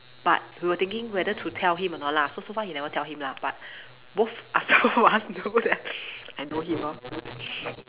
but we were thinking whether to tell him or not lah so so far he never tell him but both us of us know that I know him lor